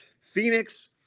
Phoenix